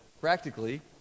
practically